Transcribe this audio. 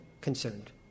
concerned